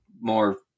more